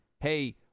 hey